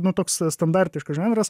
nu toks standartiškas žanras